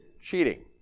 Cheating